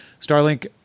Starlink